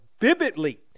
vividly